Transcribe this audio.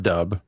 Dub